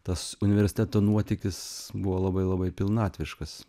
tas universiteto nuotykis buvo labai labai pilnatviškas